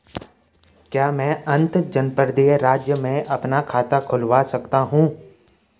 क्या मैं अंतर्जनपदीय राज्य में भी अपना खाता खुलवा सकता हूँ?